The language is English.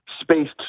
spaced